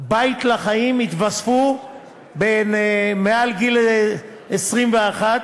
ל"בית לחיים" לבני יותר מ-21,